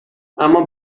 اما